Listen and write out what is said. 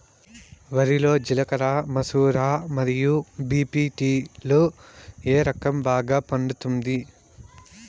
వరి లో జిలకర మసూర మరియు బీ.పీ.టీ లు ఏ రకం బాగా పండుతుంది